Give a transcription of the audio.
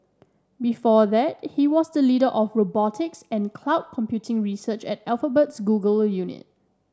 before that he was the leader of robotics and cloud computing research at Alphabet's Google unit